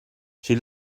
she